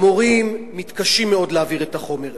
המורים מתקשים מאוד להעביר את החומר.